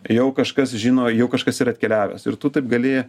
jau kažkas žino jau kažkas yra atkeliavęs ir tu taip gali